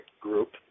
group